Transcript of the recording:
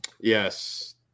Yes